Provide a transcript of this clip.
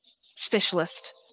specialist